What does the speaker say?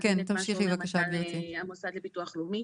את מה שאומר מנכ"ל המוסד לביטוח לאומי.